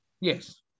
Yes